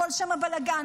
הכול שם בלגן.